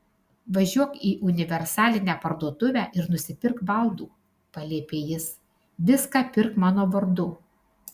važiuok į universalinę parduotuvę ir nusipirk baldų paliepė jis viską pirk mano vardu